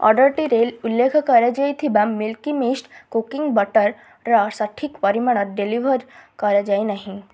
ଅର୍ଡ଼ର୍ଟିରେ ଉଲ୍ଲେଖ କରାଯାଇଥିବା ମିଲ୍କି ମିଷ୍ଟ୍ କୁକିଂ ବଟର୍ର ସଠିକ୍ ପରିମାଣ ଡେଲିଭର୍ କରାଯାଇ ନାହିଁ